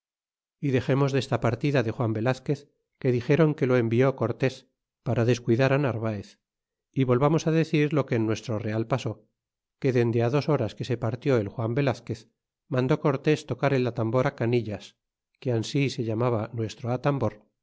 y dexemos desta partida de juan velazquez que dixéron que lo envió cortés para descuidar á narvaez y volvamos decir lo que en nuestro real pasó que dende dos horas que se partió el juan velazquez mandó cortés tocar el atambor á canillas que ami se llamaba nuestro atambor